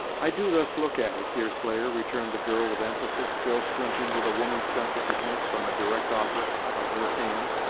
i do thus look at it, deerslayer, returned the girl with emphasis, still shrinking with a woman's sensitiveness from a direct offer of her hand,